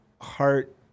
heart